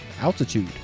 Altitude